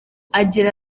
agira